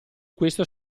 questo